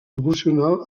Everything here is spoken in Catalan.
proporcional